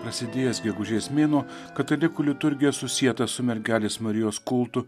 prasidėjęs gegužės mėnuo katalikų liturgija susieta su mergelės marijos kultu